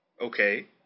okay